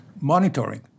monitoring